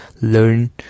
learn